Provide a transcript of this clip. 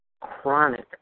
chronic